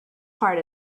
part